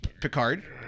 Picard